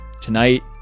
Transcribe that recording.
tonight